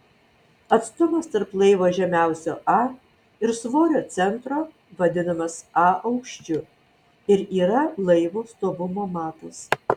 atstumas tarp laivo žemiausio a ir svorio centro vadinamas a aukščiu ir yra laivo stovumo matas